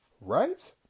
right